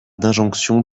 d’injonction